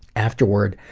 afterward,